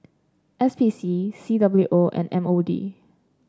S P C C W O and M O D